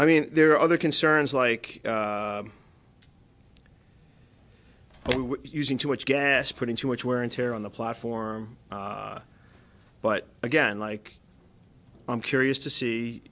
i mean there are other concerns like using too much gas putting too much wear and tear on the platform but again like i'm curious